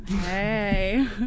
hey